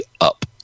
up